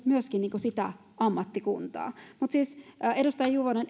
myöskin sitä ammattikuntaa mutta siis edustaja juvonen